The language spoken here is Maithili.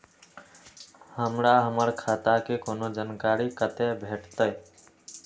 हमरा हमर खाता के कोनो जानकारी कते भेटतै